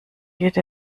geht